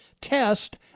Test